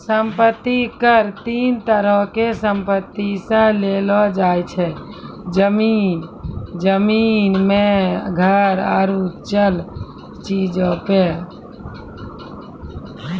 सम्पति कर तीन तरहो के संपत्ति से लेलो जाय छै, जमीन, जमीन मे घर आरु चल चीजो पे